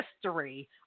history